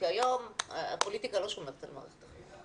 כי היום הפוליטיקה לא שומרת על מערכת החינוך.